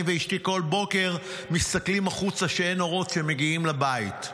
אני ואשתי כל בוקר מסתכלים החוצה שאין אורות שמגיעים לבית.